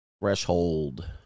Threshold